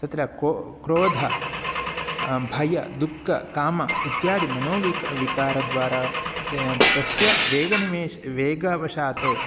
तत्र को क्रोधः भयं दुःखः कामः इत्यादि मनोविक् विकारद्वारा ते तस्य वेगनिमेश् वेगवशात्